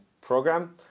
program